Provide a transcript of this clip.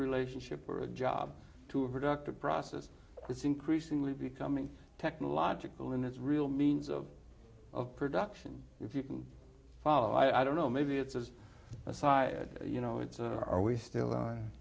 relationship or a job to a productive process it's increasingly becoming technological and it's real means of of production if you can follow i don't know maybe it's an aside you know it's are we still